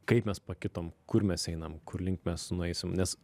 kaip mes pakitom kur mes einam kur link mes nueisim nes